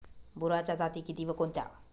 बोराच्या जाती किती व कोणत्या?